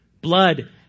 blood